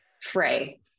fray